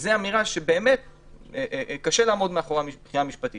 זו אמירה שבאמת קשה לעמוד מאחוריה מבחינה משפטית.